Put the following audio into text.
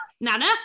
Nana